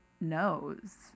knows